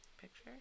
Picture